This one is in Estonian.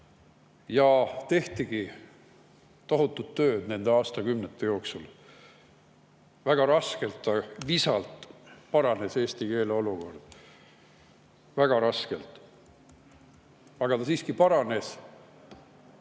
Ja tehtigi tohutut tööd nende aastakümnete jooksul. Väga raskelt ja visalt paranes eesti keele olukord. Väga raskelt, aga siiski paranes.